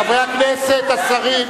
חברי הכנסת השרים.